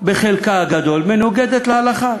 בחלקה הגדול, מנוגדת להלכה.